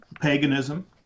paganism